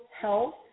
health